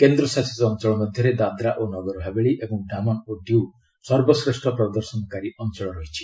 କେନ୍ଦ୍ରଶାସିତ ଅଞ୍ଚଳ ମଧ୍ୟରେ ଦାଦ୍ରା ଓ ନଗର ହାବେଳି ଏବଂ ଡାମନ ଓ ଡିଉ ସର୍ବଶ୍ରେଷ୍ଠ ପ୍ରଦର୍ଶନକାରୀ ଅଞ୍ଚଳ ରହିଛି